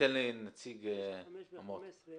נמצאים תחת תכנון מפורט,